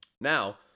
now